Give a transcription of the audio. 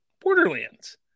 borderlands